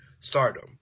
stardom